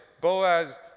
Boaz